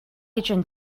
agent